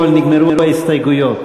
אבל נגמרו ההסתייגויות.